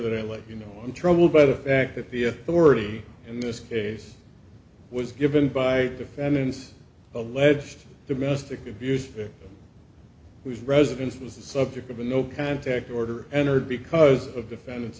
that i let you know i'm troubled by the fact that the authority in this case was given by defendants alleged domestic abuse whose residence was the subject of a no contact order entered because of defen